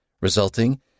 resulting